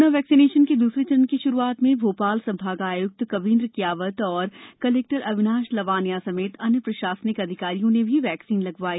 corona vaccination के द्सरे चरण की श्रुआत में भोपाल संभागाय्क्त कवींद्र कियावत और कलेक्टर अविनाश लावनिया समेत अन्य प्रशासनिक अधिकारी भी वैक्सीन का टीका लगवाया